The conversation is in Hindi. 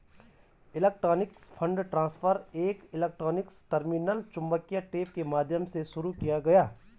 इलेक्ट्रॉनिक फंड ट्रांसफर एक इलेक्ट्रॉनिक टर्मिनल चुंबकीय टेप के माध्यम से शुरू किया गया